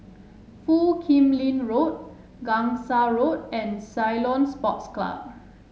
Foo Kim Lin Road Gangsa Road and Ceylon Sports Club